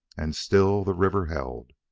and still the river held.